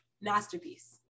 masterpiece